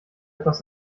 etwas